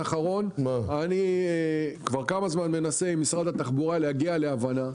אני כבר כמה זמן מנסה להגיע להבנה עם משרד התחבורה,